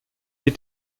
die